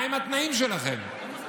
מהם התנאים שלכם?